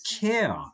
care